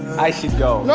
i should go. no,